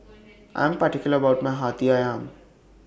I Am particular about My Hati Ayam